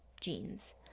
genes